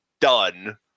done